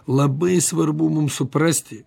labai svarbu mum suprasti